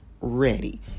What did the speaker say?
ready